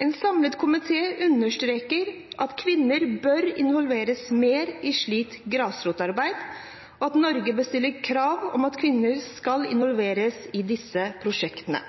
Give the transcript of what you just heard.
En samlet komité understreker at kvinner bør involveres mer i slikt grasrotarbeid, og at Norge bør stille krav om at kvinner skal involveres i disse prosjektene.